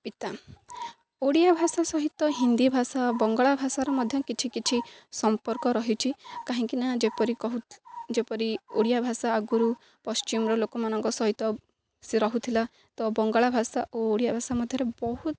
ପିତା ଓଡ଼ିଆ ଭାଷା ସହିତ ହିନ୍ଦୀ ଭାଷା ବଙ୍ଗଳା ଭାଷାର ମଧ୍ୟ କିଛି କିଛି ସମ୍ପର୍କ ରହିଛି କାହିଁକି ନା ଯେପରି କହୁ ଯେପରି ଓଡ଼ିଆ ଭାଷା ଆଗୁରୁ ପଶ୍ଚିମର ଲୋକମାନଙ୍କ ସହିତ ସେ ରହୁଥିଲା ତ ବଙ୍ଗଳା ଭାଷା ଓ ଓଡ଼ିଆ ଭାଷା ମଧ୍ୟରେ ବହୁତ